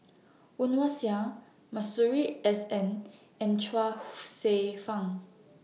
Woon Wah Siang Masuri S N and Chuang Hsueh Fang